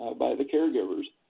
by the caregivers.